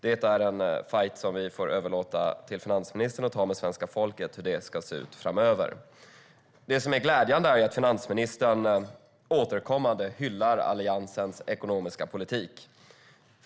Det är en fajt som vi får överlåta till finansministern att ta med svenska folket, hur det ska se ut framöver. Det som är glädjande är att finansministern återkommande hyllar Alliansens ekonomiska politik.